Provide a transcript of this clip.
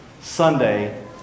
Sunday